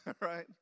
right